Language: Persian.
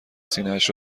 سینهاش